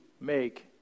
make